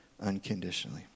unconditionally